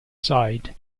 side